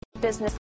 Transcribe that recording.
business